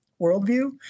worldview